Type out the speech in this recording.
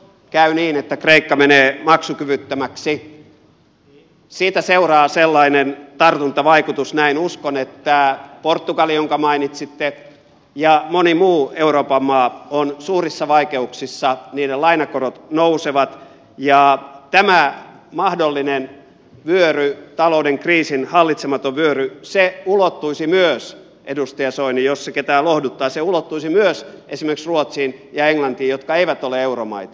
jos käy niin että kreikka menee maksukyvyttömäksi siitä seuraa sellainen tartuntavaikutus näin uskon että portugali jonka mainitsitte ja moni muu euroopan maa on suurissa vaikeuksissa niiden lainakorot nousevat ja tämä mahdollinen vyöry talouden kriisin hallitsematon vyöry ulottuisi myös edustaja soini jos se ketään lohduttaa esimerkiksi ruotsiin ja englantiin jotka eivät ole euromaita